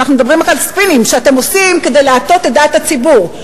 אנחנו מדברים על ספינים שאתם עושים כדי להטות את דעת הציבור.